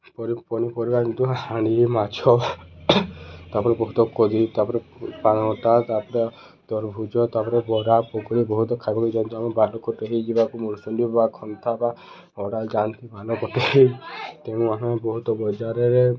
ପନିପରିବା କିନ୍ତୁ ହାଣ୍ଡି ମାଛ ତା'ପରେ ବହୁତ କଦଳୀ ତା'ପରେ ପାତଲଘଟା ତା'ପରେ ତରଭୁଜ ତା'ପରେ ବରା ପକୁଡ଼ି ବହୁତ ଖାଇବାକୁ ଯାଆନ୍ତି ଆମ ବାଲ କଟେଇ ହେଇ ଯିବାକୁ ମଳଶୁ ଯ ବା ଖନ୍ଥା ବା ଅଡ଼ା ଯାଆନ୍ତି ବାଲ କଟେଇହେଇ ତେଣୁ ଆମେ ବହୁତ ବଜାରରେ